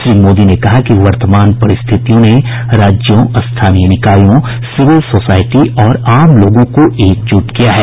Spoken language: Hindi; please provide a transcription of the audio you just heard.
श्री मोदी ने कहा कि वर्तमान परिस्थितियों ने राज्यों स्थानीय निकायों सिविल सोसायटी और आम लोगों को एकजुट किया है